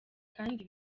kandi